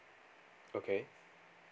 okay